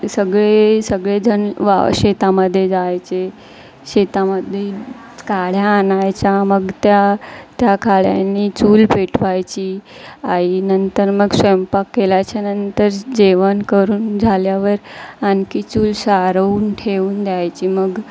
सगळे सगळे जण वा शेतामध्ये जायचे शेतामध्ये काड्या आणायच्या मग त्या त्या काड्यांनी चूल पेटवायची आई नंतर मग स्वयंपाक केल्याच्यानंतर जेवण करून झाल्यावर आणखी चूल सारवून ठेवून द्यायची मग